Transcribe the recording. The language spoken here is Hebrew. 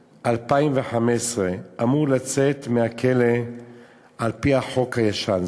בנובמבר 2015 הוא אמור לצאת מהכלא על-פי החוק הישן.